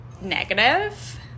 negative